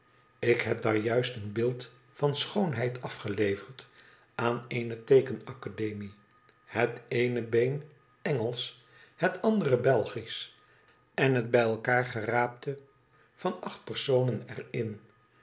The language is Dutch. ik heb daar juist een beeld van schoonheid afgeleverd aan eene teeken academie het eene been engelsch het andere belgisch en het bij elkaar geraapte van acht personen er